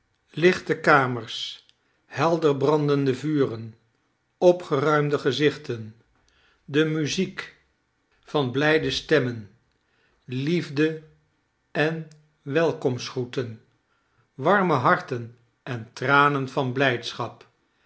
lichte kamers helder brandende vuren opgeruimde gezichten de muziek van blijde stem men liefde en welkomstgroeten warme harten en tranen van blijdschap